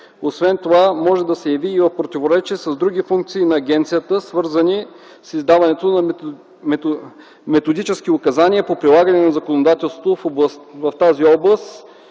освен това може да се яви и в противоречие с други функции на агенцията, свързани с издаването на методически указания по прилагане на законодателството в тази област